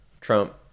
Trump